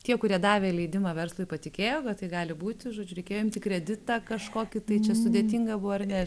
tie kurie davė leidimą verslui patikėjo kad tai gali būti žodžiu reikėjo imti kreditą kažkokį tai čia sudėtinga buvo ar ne